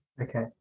Okay